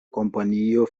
kompanio